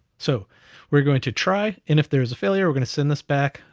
so we're going to try, and if there is a failure, we're gonna send this back,